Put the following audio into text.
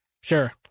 sure